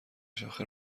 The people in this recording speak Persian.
شاخه